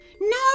No